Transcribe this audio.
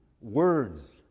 words